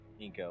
Inko